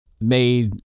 made